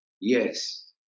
Yes